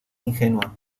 ingenua